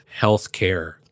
healthcare